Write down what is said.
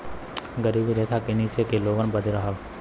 गरीबी रेखा के नीचे के लोगन बदे रहल